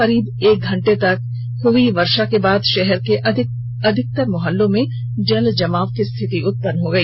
करीब एक घंटे तक हुई वर्षा के बाद शहर के अधिकतर मोहल्लों में जलजमाव की स्थिति उत्पन्न हो गई